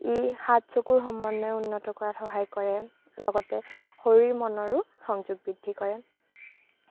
ই হাত চকুৰ সমন্বয় উন্নত কৰাত সহায় কৰে লগতে শৰীৰ মনৰো সংযোগ বৃদ্ধি কৰে